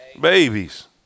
babies